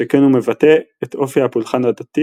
שכן הוא מבטא את אופי הפולחן הדתי